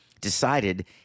decided